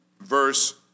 verse